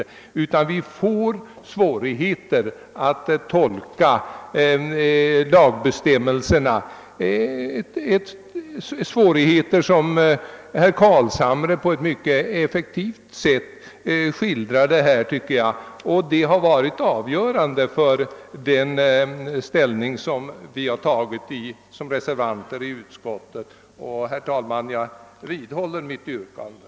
Vi kommer att få svårigheter att tolka lagbestämmelserna, svårigheter som herr Carlshamre på ett mycket effektivt sätt har skildrat. Det har varit avgörande för reservanternas ställningstagande. Herr talman! Jag vidhåller mitt yrkande.